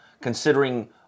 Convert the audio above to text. considering